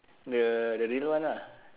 the the little one lah